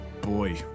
boy